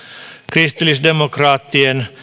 kristillisdemokraattien